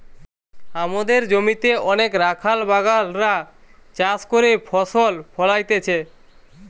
আমদের জমিতে অনেক রাখাল বাগাল রা চাষ করে ফসল ফোলাইতেছে